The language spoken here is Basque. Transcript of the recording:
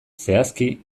zehazki